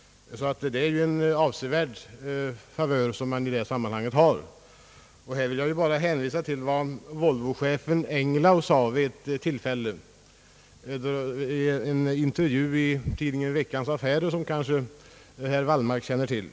Det är en avsevärd favör som företagen har i detta sammanhang. Jag vill hänvisa till vad Volvochefen Engellau sade i en intervju i tidningen Veckans Affärer, som herr Wallmark kanske känner till.